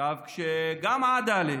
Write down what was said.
כשגם בעדאלה